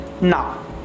now